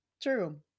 true